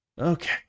Okay